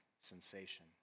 sensation